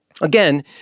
Again